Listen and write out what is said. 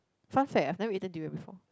fun fact ah I've never eaten durian before